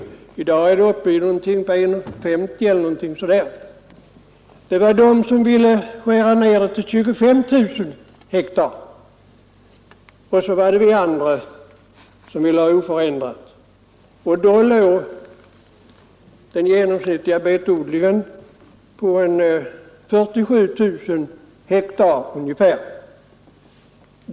I dag är priset uppe i ungefär 1:50. Det var de som ville skära ned odlingen till 25 000 hektar, och så var det vi som ville ha den oförändrad. Då låg den genomsnittliga betodlingen på ungefär 47 000 hektar.